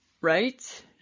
Right